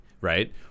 right